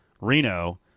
Reno